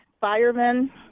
firemen